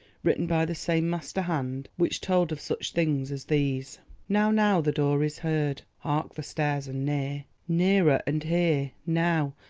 written by the same master-hand, which told of such things as these now now the door is heard hark, the stairs! and near nearer and here now!